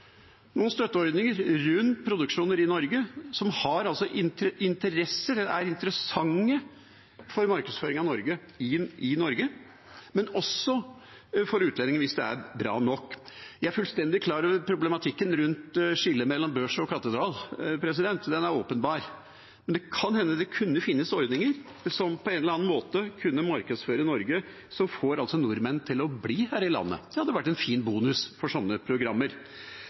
noen støtteordninger rundt produksjoner i Norge som er interessante for markedsføring av Norge – i Norge – men også for utlendinger hvis det er bra nok. Jeg er fullstendig klar over problematikken rundt skillet mellom børs og katedral. Den er åpenbar. Men det kan hende det finnes ordninger som på en eller annen måte kunne markedsføre Norge, som får nordmenn til å bli her i landet. Det hadde vært en fin bonus for sånne programmer.